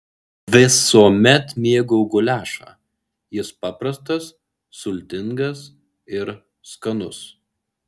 visuomet mėgau guliašą jis paprastas sultingas ir skanus